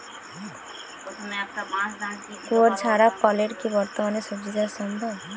কুয়োর ছাড়া কলের কি বর্তমানে শ্বজিচাষ সম্ভব?